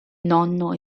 nonno